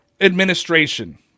administration